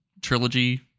trilogy